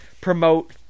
promote